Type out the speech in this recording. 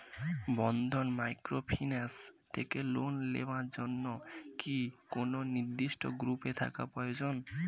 বন্ধন microfinance থেকে loan নেওয়ার জন্য কি কোন নির্দিষ্ট গ্রুপে থাকা প্রয়োজন?